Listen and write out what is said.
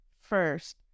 first